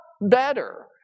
better